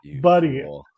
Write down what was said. Buddy